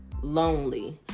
lonely